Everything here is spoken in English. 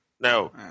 No